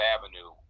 Avenue